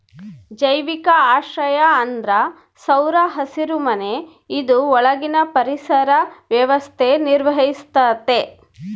ಜೈವಿಕ ಆಶ್ರಯ ಅಂದ್ರ ಸೌರ ಹಸಿರುಮನೆ ಇದು ಒಳಗಿನ ಪರಿಸರ ವ್ಯವಸ್ಥೆ ನಿರ್ವಹಿಸ್ತತೆ